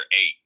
eight